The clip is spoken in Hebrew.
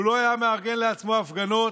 הוא לא היה מארגן לעצמו הפגנות,